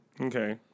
Okay